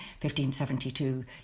1572